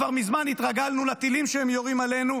כבר מזמן התרגלנו לטילים שהם יורים עלינו,